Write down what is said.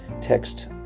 text